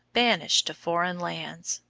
banished to foreign lands.